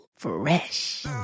Fresh